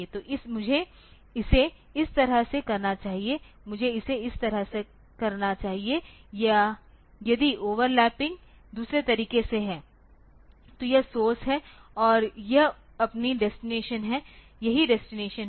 तो मुझे इसे इस तरह करना चाहिए मुझे इसे इस तरह करना चाहिए या यदि ओवरलैपिंग दूसरे तरीके से है तो यह सोर्स है और यह आपकी डेस्टिनेशन है यही डेस्टिनेशन है